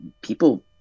people